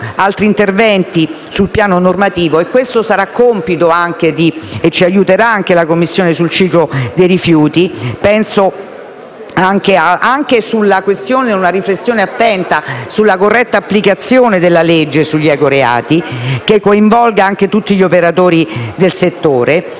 altri interventi sul piano normativo, e questo sarà compito sul quale ci aiuterà anche la Commissione sul ciclo dei rifiuti. Penso sia necessaria una riflessione attenta sulla corretta applicazione della legge sugli ecoreati, che coinvolga tutti gli operatori del settore.